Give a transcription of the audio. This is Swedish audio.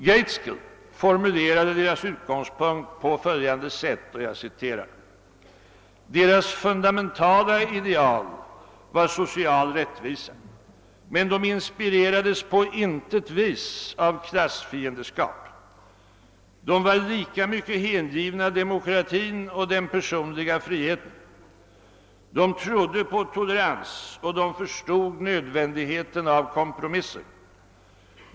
Gaitskell formulerade deras utgångspunkt på följande sätt: >Deras fundamentala ideal var social rättvisa. Men de inspirerades på intet vis av klassfiendeskap. De var lika mycket hängivna demokratin och den personliga friheten. De trodde på tolerans och de förstod nödvändigheten av kompromisser.